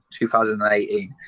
2018